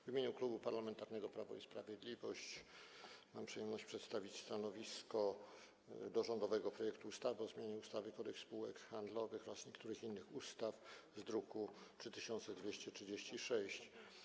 W imieniu Klubu Parlamentarnego Prawo i Sprawiedliwość mam przyjemność przedstawić stanowisko wobec rządowego projektu ustawy o zmianie ustawy Kodeks spółek handlowych oraz niektórych innych ustaw, druk nr 3236.